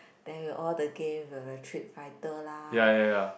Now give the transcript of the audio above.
then will all the game the the fighter lah